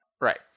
Right